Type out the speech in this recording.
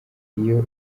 iyo